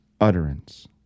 utterance